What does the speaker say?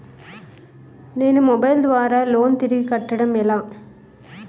నేను మొబైల్ ద్వారా లోన్ తిరిగి కట్టడం ఎలా?